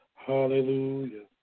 Hallelujah